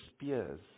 spears